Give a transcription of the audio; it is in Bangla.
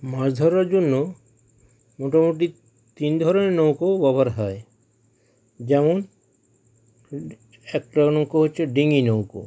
মাছ ধরার জন্য মোটামুটি তিন ধরনের নৌকো ব্যবহার হয় যেমন একটা নৌকো হচ্ছে ডিঙি নৌকো